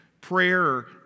Prayer